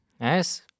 Yes